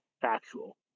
factual